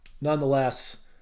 nonetheless